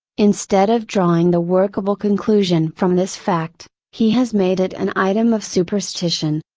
instead of drawing the workable conclusion from this fact, he has made it an item of superstition.